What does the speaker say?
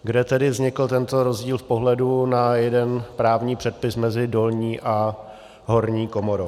Kde tedy vznikl tento rozdíl v pohledu na jeden právní předpis mezi dolní a horní komorou?